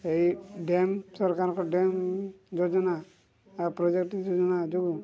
ଏଇ ଡ୍ୟାମ୍ ସରକାରଙ୍କ ଡ୍ୟାମ୍ ଯୋଜନା ଆଉ ପ୍ରୋଜେକ୍ଟ ଯୋଜନା ଯୋଗୁଁ